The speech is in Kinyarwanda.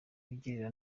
agirira